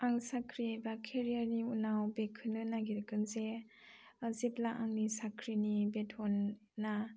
आं साख्रि एबा केरियारनि उनाव बेखौनो नागिरगोन जे जेब्ला आंनि साख्रिनि बेथ'ना